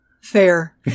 Fair